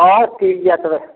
ᱦᱳᱭ ᱴᱷᱤᱠ ᱜᱮᱭᱟ ᱛᱚᱵᱮ